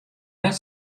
net